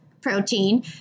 protein